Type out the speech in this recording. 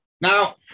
Now